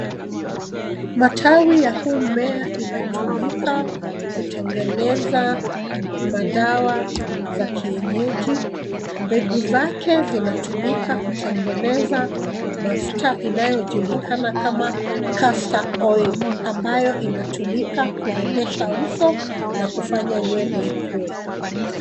Matawi ya huu mmea inatumika kutengeneza madawa za kienyeji, mbegu zake zinatumika kutengeneza mafuta inayojulikana kama castor oil ambayo inatumika kurembesha uso na kufanya nywele ikue.